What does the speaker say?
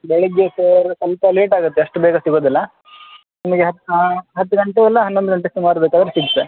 ಬೆಳಗ್ಗೆ ಸರ್ ಸ್ವಲ್ಪ ಲೇಟ್ ಆಗುತ್ತೆ ಅಷ್ಟು ಬೇಗ ಸಿಗೋದಿಲ್ಲ ನಿಮಗೆ ಹತ್ತು ಹತ್ತು ಗಂಟೆ ಇಲ್ಲ ಹನ್ನೊಂದು ಗಂಟೆ ಸುಮಾರಿಗೆ ಬೇಕಾದರೆ ಸಿಗುತ್ತೆ